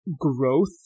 growth